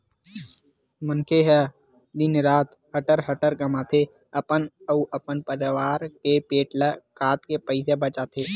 मनखे ह दिन रात हटर हटर कमाथे, अपन अउ अपन परवार के पेट ल काटके पइसा बचाथे